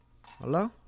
Hello